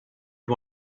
you